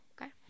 Okay